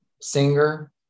singer